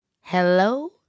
Hello